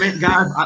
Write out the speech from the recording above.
guys